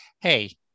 Hey